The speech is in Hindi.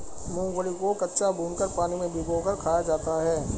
मूंगफली को कच्चा, भूनकर, पानी में भिगोकर खाया जाता है